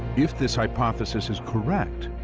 if this hypothesis is correct,